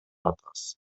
атабыз